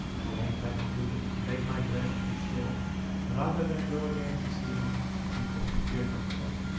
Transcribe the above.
at length i concluded to beg my bread on shore rather than go again to sea amongst a people who feared not god,